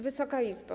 Wysoka Izbo!